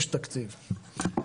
יש תקציב,